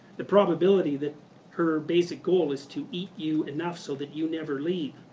the probability that her basic goal is to eat you enough so that you never leave